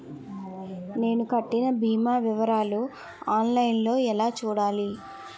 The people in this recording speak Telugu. నేను కట్టిన భీమా వివరాలు ఆన్ లైన్ లో ఎలా చూడాలి?